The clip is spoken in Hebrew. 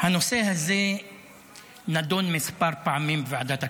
הנושא הזה נדון כמה פעמים בוועדת הכספים.